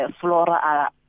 flora